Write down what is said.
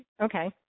Okay